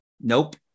nope